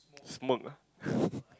smoke ah